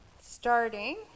starting